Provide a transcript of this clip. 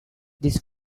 this